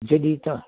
जॾहिं हितां